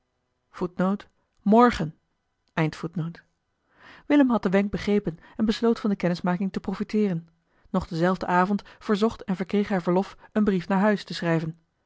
willem had den wenk begrepen en besloot van de kennismaking te profiteeren nog denzelfden avond verzocht en verkreeg hij verlof een brief naar huis te schrijven